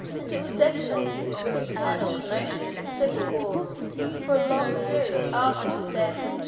and it was desolated with internal commotions and civil wars for a long period after his death.